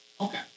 Okay